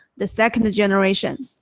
the second generation.